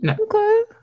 Okay